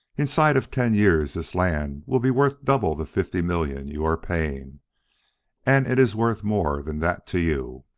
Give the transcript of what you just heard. inside of ten years this land will be worth double the fifty million you are paying and it is worth more than that to you.